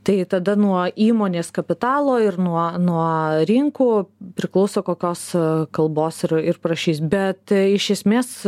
tai tada nuo įmonės kapitalo ir nuo nuo rinkų priklauso kokios kalbos ir ir prašys bet iš esmės